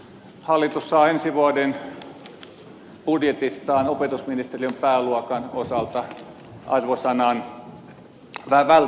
hallitus saa ensi vuoden budjetistaan opetusministeriön pääluokan osalta arvosanan välttävä